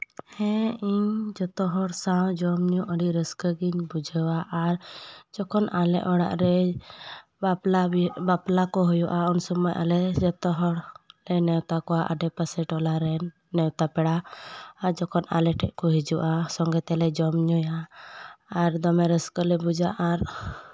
ᱦᱮᱸ ᱤᱧ ᱡᱚᱛᱚ ᱦᱚᱲ ᱥᱟᱶ ᱡᱚᱢ ᱧᱩ ᱟᱹᱰᱤ ᱨᱟᱹᱥᱠᱟᱹ ᱜᱮᱧ ᱵᱩᱡᱷᱟᱹᱣᱟ ᱟᱨ ᱡᱚᱠᱷᱚᱱ ᱟᱞᱮ ᱚᱲᱟᱜ ᱨᱮ ᱵᱟᱯᱞᱟ ᱵᱤᱦᱟᱹ ᱵᱟᱯᱞᱟ ᱠᱚ ᱦᱩᱭᱩᱜᱼᱟ ᱩᱱ ᱥᱚᱢᱚᱭ ᱟᱞᱮ ᱡᱚᱛᱚ ᱦᱚᱲᱞᱮ ᱱᱮᱣᱛᱟ ᱠᱚᱣᱟ ᱟᱰᱮ ᱯᱟᱥᱮ ᱴᱚᱞᱟ ᱨᱮᱱ ᱱᱮᱣᱛᱟ ᱯᱮᱲᱟ ᱟᱨ ᱡᱚᱠᱷᱚᱱ ᱟᱞᱮ ᱴᱷᱮᱱ ᱠᱚ ᱦᱤᱡᱩᱜᱼᱟ ᱥᱚᱝᱜᱮ ᱛᱮᱞᱮ ᱡᱚᱢ ᱧᱩᱭᱟ ᱟᱨ ᱫᱚᱢᱮ ᱨᱟᱹᱥᱠᱟᱹᱞᱮ ᱵᱩᱡᱟ ᱟᱨ